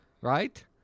Right